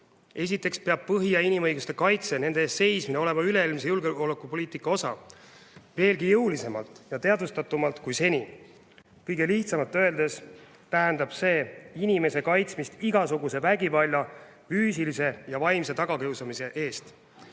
Esiteks peab põhi- ja inimõiguste kaitse, nende eest seismine olema üleilmse julgeolekupoliitika osa veelgi jõulisemalt ja teadvustatumalt kui seni. Kõige lihtsamalt öeldes tähendab see inimese kaitsmist igasuguse vägivalla – füüsilise ja vaimse tagakiusamise – eest.